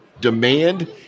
demand